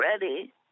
ready